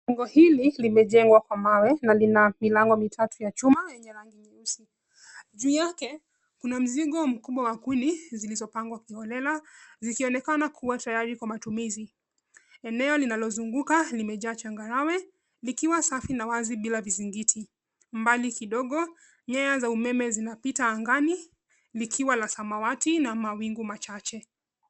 Jengo hili limejengwa kwa mawe na lina milango mitatu ya chuma yenye milango nyeusi. Juu yake kuna mzigo mkubwa wa kuni zilizopangwa kiholela zikionekana kuwa tayari kwa matumizi. Eneo linalozunguka limejaa changarawe likiwa safi na wazi bila vizingiti. Mbali kidogo , nyaya za umeme zinapita angani likiwa la samawati na mawingu machache.